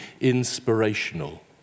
inspirational